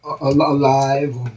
alive